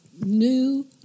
new